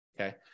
Okay